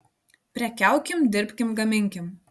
prekiaukim dirbkim gaminkim